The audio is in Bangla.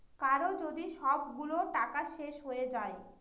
কারো যদি সবগুলো টাকা শেষ হয়ে যায়